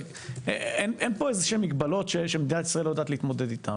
אין פה איזשהן מגבלות שמדינת ישראל לא יודעת להתמודד איתן,